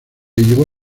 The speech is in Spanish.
llevó